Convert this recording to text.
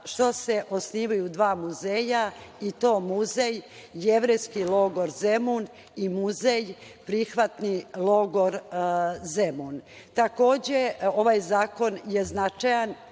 što se osnivaju dva muzeja i to muzej jevrejski logor Zemun i muzej prihvatni logor Zemun. Takođe, ovaj zakon je vrlo značajan